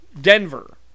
Denver